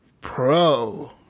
Pro